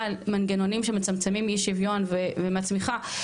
על מנגנונים שמצמצמים אי שוויון ומצמחיה,